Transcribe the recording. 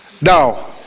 Now